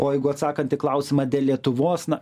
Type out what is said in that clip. o jeigu atsakant į klausimą dėl lietuvos na